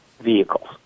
vehicles